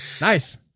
nice